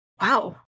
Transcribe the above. wow